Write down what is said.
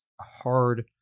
hard